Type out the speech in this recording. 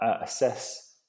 assess